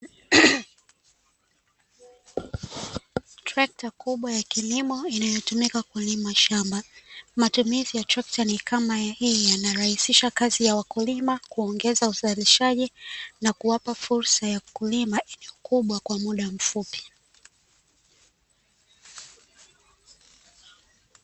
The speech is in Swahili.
Trekta kubwa ya kilimo inayotumika kulima shamba, matumizi ya trekta ni kama hii, yanarahisisha kazi ya wakulima, kuongeza uzalishaji, na kuwapa fursa ya kulima eneo kubwa kwa muda mfupi.